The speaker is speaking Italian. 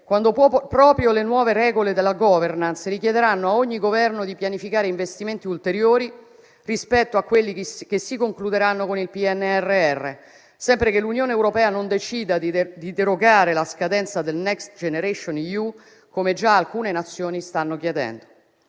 quando proprio le nuove regole della *governance* richiederanno a ogni Governo di pianificare investimenti ulteriori rispetto a quelli che si concluderanno con il PNRR, sempre che l'Unione europea non decida di derogare la scadenza del Next GenerationEU, come già alcune Nazioni stanno chiedendo.